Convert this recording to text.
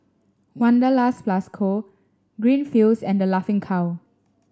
Wanderlust Plus Co Greenfields and The Laughing Cow